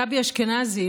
גבי אשכנזי,